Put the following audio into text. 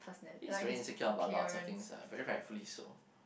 he's very insecure about lots of thing ah very rightfully so